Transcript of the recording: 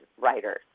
writers